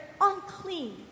unclean